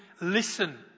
listen